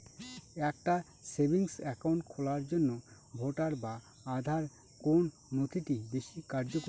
একটা savings account খোলার জন্য ভোটার বা আধার কোন নথিটি বেশী কার্যকরী?